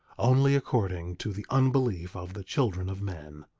only according to the unbelief of the children of men.